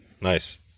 Nice